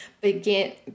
begin